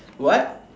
what